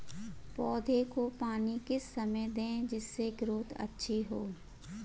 पौधे को पानी किस समय दें जिससे ग्रोथ अच्छी हो?